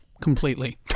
completely